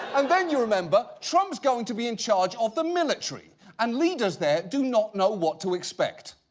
and then you remember trump's going to be in charge of the military and leaders there do not know what to expect.